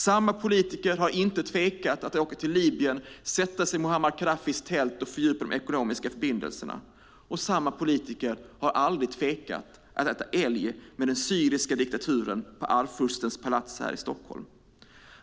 Samma politiker har inte tvekat att åka till Libyen, sätta sig i Muammar Gaddafis tält och fördjupa de ekonomiska förbindelserna. Samma politiker har heller aldrig tvekat att äta älg med den syriska diktaturen i Arvfurstens palats här i Stockholm.